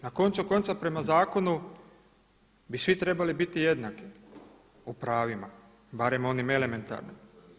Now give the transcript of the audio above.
Na koncu konca prema zakonu bi svi trebali biti jednaki u pravima, barem onim elementarnim.